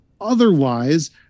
Otherwise